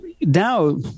Now